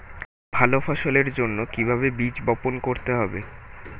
ভালো ফসলের জন্য কিভাবে বীজ বপন করতে হবে?